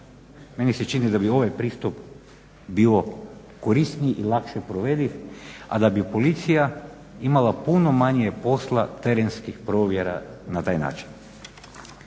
Meni se čini da bi ovaj pristup bio korisniji i lakše provediv, a da bi Policija imala puno manje posla terenskih provjera na taj način.